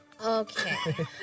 Okay